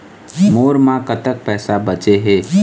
मोर म कतक पैसा बचे हे?